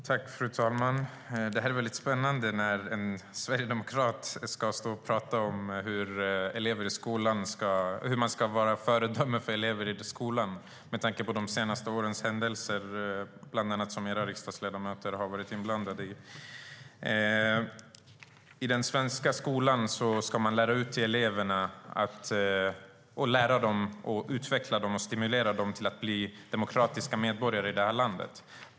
Fru talman! Det är väldigt spännande när en sverigedemokrat ska stå och prata om hur man ska vara föredömen för elever i skolan, med tanke på de senaste årens händelser, bland annat dem som era riksdagsledamöter varit inblandade i. I den svenska skolan ska eleverna lära, utvecklas och stimuleras till att bli demokratiska medborgare i det här landet.